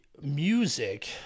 music